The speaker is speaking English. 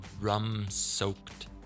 rum-soaked